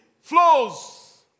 flows